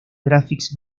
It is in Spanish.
graphics